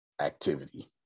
activity